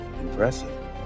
Impressive